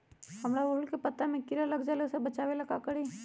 हमरा ओरहुल के पत्ता में किरा लग जाला वो से बचाबे ला का करी?